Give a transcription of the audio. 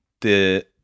the-